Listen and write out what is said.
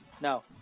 No